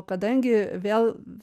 kadangi vėl